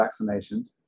vaccinations